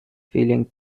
feeling